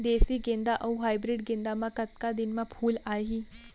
देसी गेंदा अऊ हाइब्रिड गेंदा म कतका दिन म फूल आही?